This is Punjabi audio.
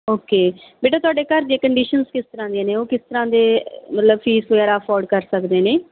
ਓਕੇ ਬੇਟਾ ਤੁਹਾਡੇ ਘਰ ਦੀਆਂ ਕੰਡੀਸ਼ਨ ਕਿਸ ਤਰ੍ਹਾਂ ਦੀਆਂ ਨੇ ਉਹ ਕਿਸ ਤਰ੍ਹਾਂ ਦੇ ਮਤਲਬ ਫੀਸ ਵਗੈਰਾ ਅਫੋਰਡ ਕਰ ਸਕਦੇ ਨੇ